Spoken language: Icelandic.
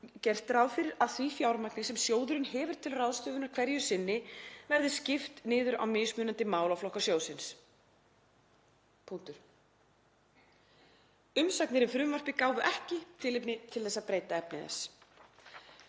gert ráð fyrir að því fjármagni sem sjóðurinn hefur til ráðstöfunar hverju sinni verði skipt niður á mismunandi málaflokka sjóðsins.“ — Punktur. — „Umsagnir um frumvarpið gáfu ekki tilefni til þess að breyta efni þess.“